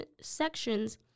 sections